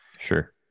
Sure